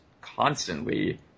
constantly